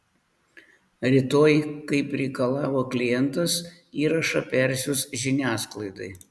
rytoj kaip reikalavo klientas įrašą persiųs žiniasklaidai